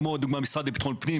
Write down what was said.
דוגמת המשרד לביטחון פנים,